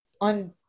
on